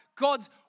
God's